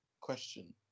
question